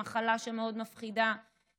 המחלה שמאוד מפחידה,